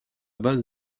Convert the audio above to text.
base